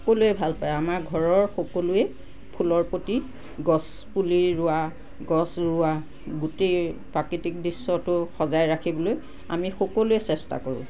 সকলোৱে ভালপায় আমাৰ ঘৰৰ সকলোৱে ফুলৰ প্ৰতি গছ পুলি ৰোৱা গছ ৰোৱা গোটেই প্ৰাকৃতিক দৃশ্যটো সজাই ৰাখিবলৈ আমি সকলোৱে চেষ্টা কৰোঁ